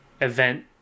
event